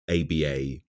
ABA